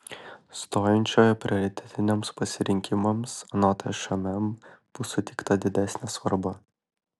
stojančiojo prioritetiniams pasirinkimams anot šmm bus suteikta didesnė svarba